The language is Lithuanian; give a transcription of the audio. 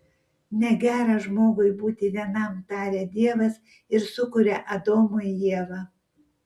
negera žmogui būti vienam taria dievas ir sukuria adomui ievą